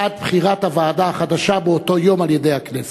עד בחירת הוועדה החדשה באותו יום על-ידי הכנסת,